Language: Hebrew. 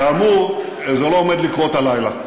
כאמור, זה לא עומד לקרות הלילה.